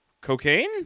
cocaine